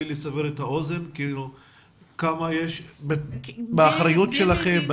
לסבר את האוזן כמה נשים ישנן באחריות שלכם?